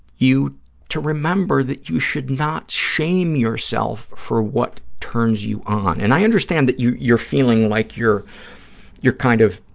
you to remember that you should not shame yourself for what turns you on. and i understand that you're feeling like you're you're kind of